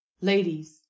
ladies